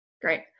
Great